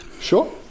Sure